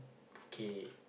kay